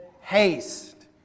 haste